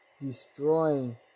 destroying